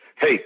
Hey